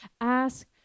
Ask